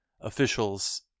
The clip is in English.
officials